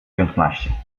piętnaście